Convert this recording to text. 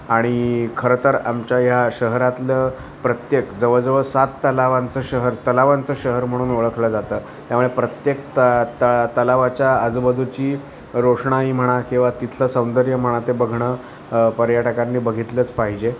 आणि खरं तर आमच्या ह्या शहरातलं प्रत्येक जवळजवळ सात तलावांचं शहर तलावांचं शहर म्हणून ओळखलं जातं त्यामुळे प्रत्येक त तळं तलावाच्या आजूबाजूची रोषणाई म्हणा किंवा तिथलं सौंदर्य म्हणा ते बघणं पर्यटकांनी बघितलंच पाहिजे